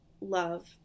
love